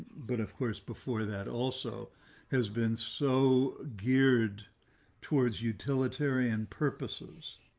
but of course before that also has been so geared towards utilitarian purposes.